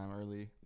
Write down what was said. early